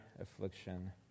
affliction